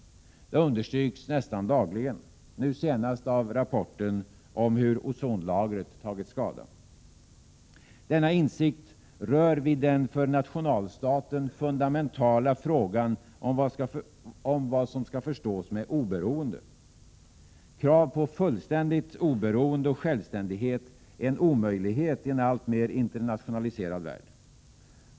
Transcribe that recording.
Det understryks nästan dagligen. Nu senast av rapporten om hur ozonlagret tagit skada. Denna insikt rör vid den för nationalstaten fundamentala frågan om vad som skall förstås med oberoende. Krav på fullständigt oberoende och självständighet är en omöjlighet i en alltmer internationaliserad värld.